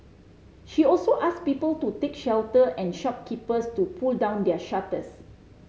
she also asked people to take shelter and shopkeepers to pull down their shutters